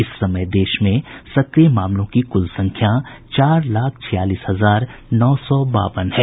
इस समय देश में सक्रिय मामलों की कुल संख्या चार लाख छियालीस हजार नौ सौ बावन है